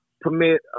permit